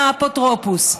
מהאפוטרופוס.